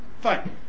fine